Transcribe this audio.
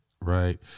right